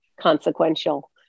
consequential